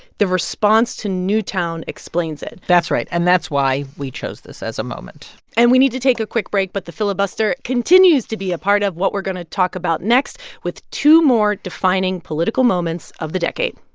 the response to newtown explains it that's right, and that's why we chose this as a moment and we need to take a quick break, but the filibuster continues to be a part of what we're going to talk about next with two more defining political moments of the decade